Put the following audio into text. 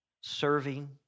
Serving